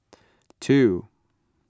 two